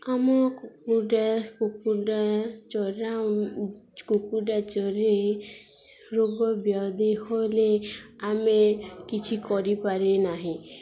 ଆମ କୁକୁଡ଼ା କୁକୁଡ଼ା ଚରା କୁକୁଡ଼ା ଚାଷରେ ରୋଗ ବ୍ୟାଧି ହେଲେ ଆମେ କିଛି କରିପାରେ ନାହିଁ